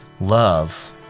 Love